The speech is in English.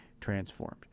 transformed